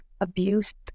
abused